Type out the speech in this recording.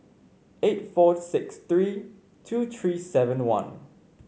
eight four six three two three seven one